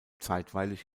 zeitweilig